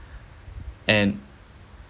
and